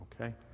okay